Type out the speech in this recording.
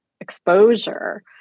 exposure